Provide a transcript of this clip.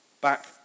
back